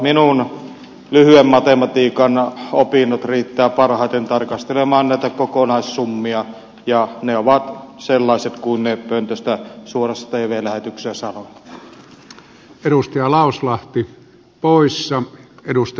minun lyhyen matematiikan opintoni riittävät parhaiten tarkastelemaan näitä kokonaissummia ja ne ovat sellaiset kuin ne pöntöstä suorassa tv lähetyksessä sanoin